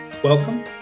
Welcome